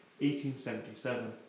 1877